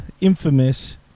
infamous